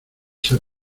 sea